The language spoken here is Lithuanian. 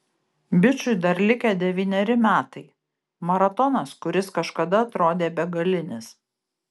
bičui dar likę devyneri metai maratonas kuris kažkada atrodė begalinis